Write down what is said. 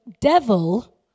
devil